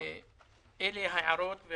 אלה ההערות,